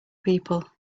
people